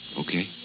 Okay